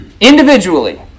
individually